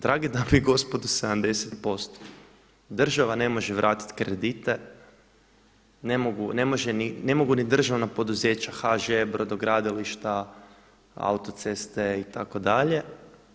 Drage dame i gospodo 70%, država ne može vratiti kredite, ne mogu ni državna poduzeća HŽ, brodogradilišta, autoceste itd.